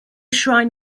shrine